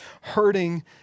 hurting